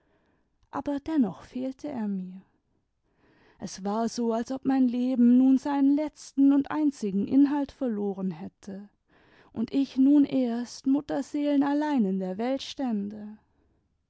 aber dennoch fehlte er mir es war so als ob mein leben nun seinen letzten und einzigen inhalt verloren hätte imd ich nun erst mutterseelenallein in der welt stände